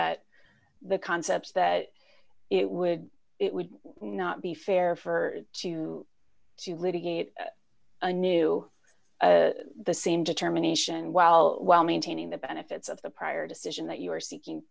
that the concept that it would it would not be fair for to litigate a new the same determination while while maintaining the benefits of the prior decision that you are seeking